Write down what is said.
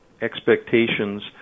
expectations